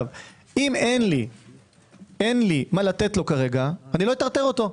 אם אין לי מה לתת לו כרגע לא אטרטר אותו,